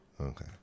Okay